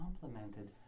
complemented